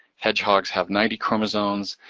hedgehogs have ninety chromosomes,